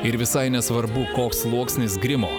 ir visai nesvarbu koks sluoksnis grimo